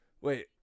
Wait